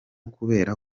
kubera